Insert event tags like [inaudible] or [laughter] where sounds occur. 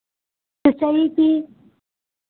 [unintelligible] की